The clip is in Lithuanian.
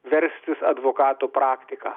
verstis advokato praktika